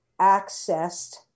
accessed